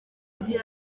buryo